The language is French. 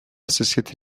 société